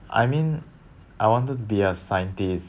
I mean I wanted to be a scientist